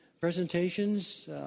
presentations